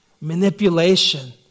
manipulation